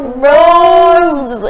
rose